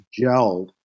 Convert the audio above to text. gelled